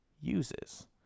uses